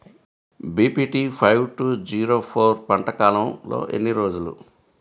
BPT five two zero four పంట కాలంలో ఎన్ని రోజులు?